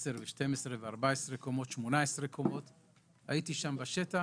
10, 12 ו-14 קומות, הייתי בשטח